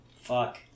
Fuck